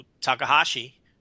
takahashi